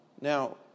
Now